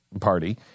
Party